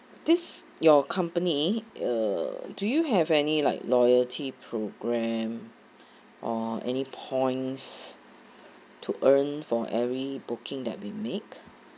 this your company uh do you have any like loyalty programme or any points to earn for every booking that we make